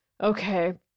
Okay